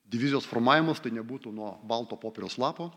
divizijos formavimas tai nebūtų nuo balto popieriaus lapo